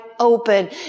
open